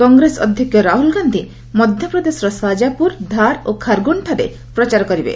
କଂଗ୍ରେସ ଅଧ୍ୟକ୍ଷ ରାହୁଲ୍ ଗାନ୍ଧି ମଧ୍ୟପ୍ରଦେଶର ସାଜାପୁର ଧାର୍ ଓ ଖାର୍ଗୋନ୍ରେ ପ୍ରଚାର କରିବେ